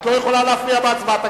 את לא יכולה להפריע בהצבעה,